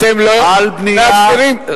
אתם מפריעים.